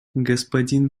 господин